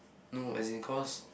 no as in cause